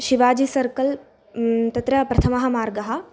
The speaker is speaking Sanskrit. शिवाजि सर्कल् तत्र प्रथमः मार्गः